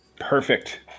Perfect